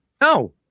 No